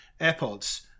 AirPods